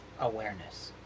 awareness